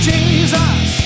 Jesus